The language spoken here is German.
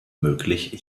möglich